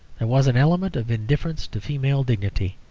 there was an element of indifference to female dignity,